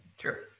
sure